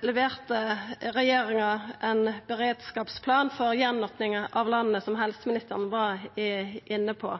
leverte ein beredskapsplan for gjenopninga av landet, som helseministeren var inne på.